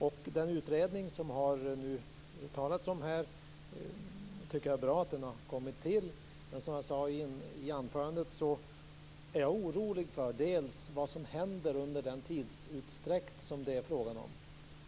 Jag tycker att det är bra att den utredning som man här har talat om har kommit till. Men som sade i mitt anförande är jag orolig för vad som händer under den tidsutdräkt som det är fråga om.